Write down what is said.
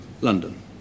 London